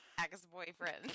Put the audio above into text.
ex-boyfriend